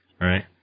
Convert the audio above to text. right